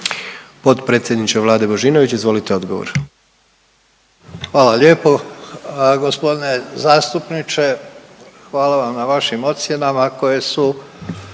Potpredsjedniče Vlade Božinović izvolite odgovor. **Božinović, Davor (HDZ)** Hvala lijepo. Gospodine zastupniče hvala vam na vašim ocjenama koje su